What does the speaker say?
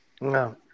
no